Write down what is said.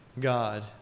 God